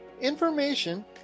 information